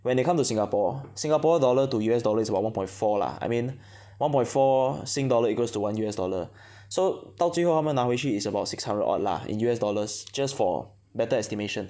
when they come to Singapore Singapore dollar to U_S dollar is about one point four lah I mean one point four Sing dollar equals to one U_S dollar so 到最后他们拿回去 is about six hundred odd lah in U_S dollars just for better estimation